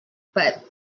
but